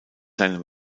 seine